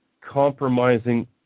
compromising